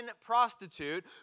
prostitute